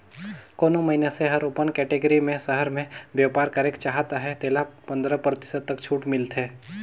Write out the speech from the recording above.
कोनो मइनसे हर ओपन कटेगरी में सहर में बयपार करेक चाहत अहे तेला पंदरा परतिसत तक छूट मिलथे